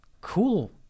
cool